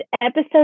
episode